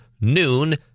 noon